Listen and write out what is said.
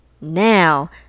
Now